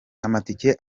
amatike